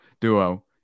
duo